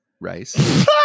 Rice